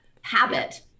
habit